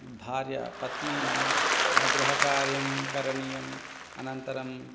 भार्या पत्नी गृहकार्यं करणीयम् अनन्तरं